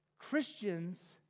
Christians